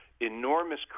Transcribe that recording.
enormous